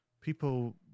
People